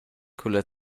culla